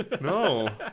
No